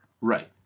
right